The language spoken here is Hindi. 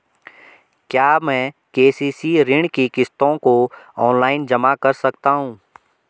क्या मैं के.सी.सी ऋण की किश्तों को ऑनलाइन जमा कर सकता हूँ?